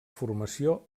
formació